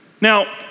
Now